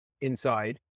inside